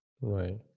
right